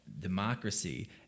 democracy